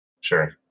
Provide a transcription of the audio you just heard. Sure